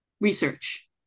research